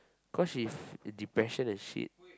cause she if depression and shit